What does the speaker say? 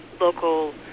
local